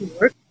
work